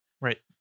Right